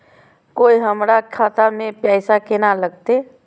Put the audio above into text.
कोय हमरा खाता में पैसा केना लगते?